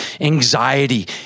anxiety